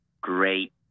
great